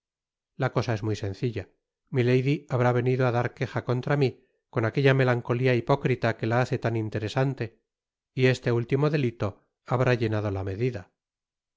la cosa es muy sencilla milady habrá venido á dar queja contra mí con aquella melancolía hipócrita que la hace tan interesante y este último delilo habrá llenado la medida